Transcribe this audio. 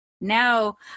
Now